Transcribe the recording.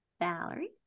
Valerie